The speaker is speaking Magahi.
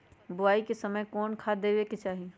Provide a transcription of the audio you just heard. बोआई के समय कौन खाद देवे के चाही?